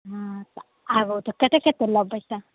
हँ आबू तऽ कतेक कतेक लेबै से